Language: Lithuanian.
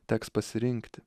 teks pasirinkti